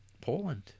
Poland